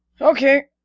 Okay